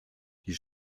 die